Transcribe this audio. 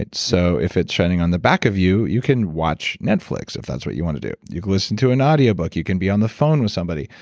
so if it's trending on the back of you you can watch netflix if that's what you want to do. you can listen to an audio book, you can be on the phone with somebody.